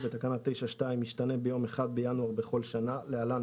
בתקנה 9(2) ישתנה ביום 1 בינואר בכל שנה (להלן,